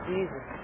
Jesus